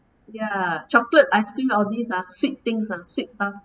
ya chocolate ice cream all these ah sweet things ah sweet stuff